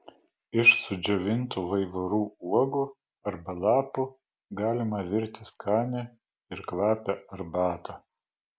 iš sudžiovintų vaivorų uogų arba lapų galima virti skanią ir kvapią arbatą